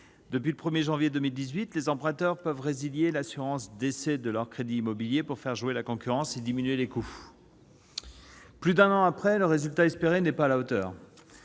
depuis le 1 janvier 2018, les emprunteurs peuvent résilier l'assurance décès de leur crédit immobilier pour faire jouer la concurrence et diminuer les coûts. Plus d'un an après, le résultat espéré n'est pas à la hauteur.